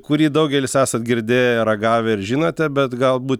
kurį daugelis esat girdėję ragavę ir žinote bet galbūt